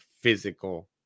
physical